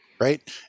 Right